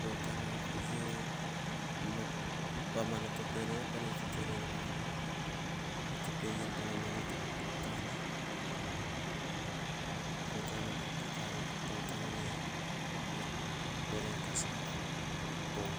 Potana u vamanoto pane tete nu en vanu, no to pei ven manoto potana, potana ra popokana popotana ne rekasa poh.